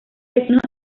vecinos